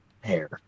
hair